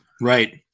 Right